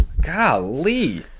Golly